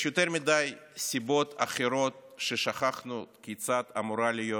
יש יותר מדי סיבות אחרות לכך ששכחנו כיצד אמורה להיות